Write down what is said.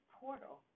portal